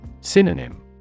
Synonym